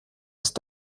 ist